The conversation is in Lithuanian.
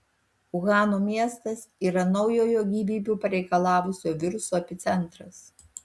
uhano miestas yra naujojo gyvybių pareikalavusio viruso epicentras